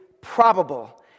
probable